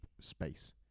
space